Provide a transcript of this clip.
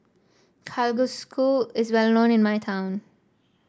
kalguksu is well known in my town